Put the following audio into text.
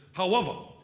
however,